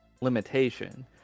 limitation